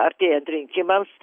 artėjant rinkimams